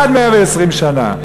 עד מאה-ועשרים שנה.